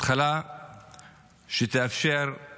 התחלה שתאפשר את